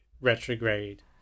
retrograde